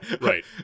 right